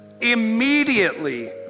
immediately